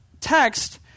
text